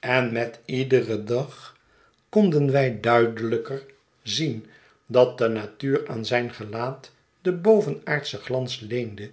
en met iederen dag konden wij duidelijker zien dat de natuur aan zijn gelaat den bovenaadschen glans leende